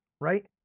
right